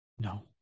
No